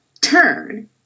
turn